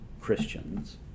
Christians